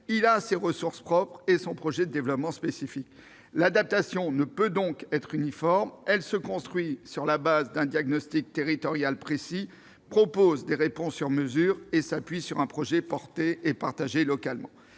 il a ses ressources propres et son projet de développement spécifique. L'adaptation ne peut donc pas être uniforme : elle se construit sur la base d'un diagnostic territorial précis, propose des réponses sur mesure et s'appuie sur un projet porté et partagé localement.